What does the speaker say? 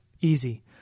Easy